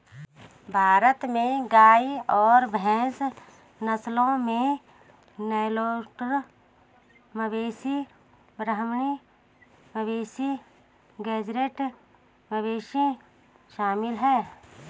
भारत में गाय और भैंस नस्लों में नेलोर मवेशी ब्राह्मण मवेशी गेज़रैट मवेशी शामिल है